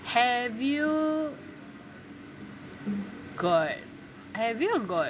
have you got have you got